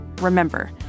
Remember